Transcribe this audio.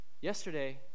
Yesterday